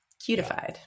Cutified